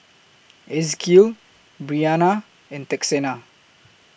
Ezekiel Bryanna and Texanna